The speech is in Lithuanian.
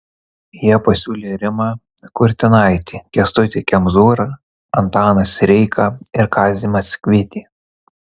jie pasiūlė rimą kurtinaitį kęstutį kemzūrą antaną sireiką ir kazį maksvytį